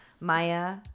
Maya